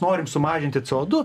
norim sumažinti c o du